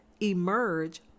emerge